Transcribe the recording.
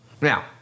Now